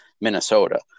Minnesota